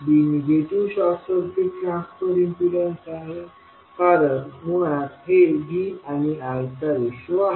b negative short circuit transfer impedance आहे कारण मुळात हे V आणि I चा रेशो आहे